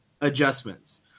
adjustments